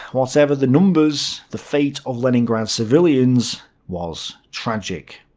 whatever the numbers, the fate of leningrad's civilians was tragic.